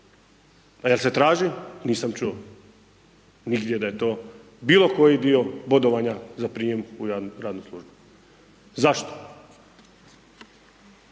a jel se traži, nisam čuo nigdje da je to bilo koji dio bodovanja za prijam u radnu službu. Zašto?